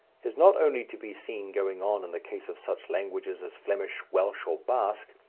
is not only to be seen going on in the case of such languages as flemish, welsh, or basque,